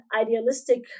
idealistic